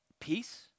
peace